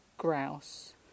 Grouse